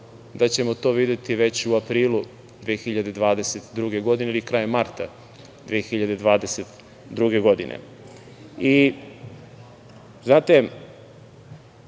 da ćemo to videti već u aprilu 2022. godine ili krajem marta 2022. godine. Ima